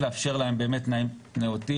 לאפשר להן באמת תנאים נאותים,